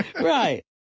Right